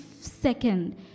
second